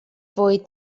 bwyd